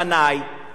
נדמה לי,